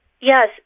Yes